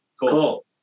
Cool